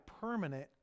permanent